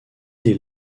dès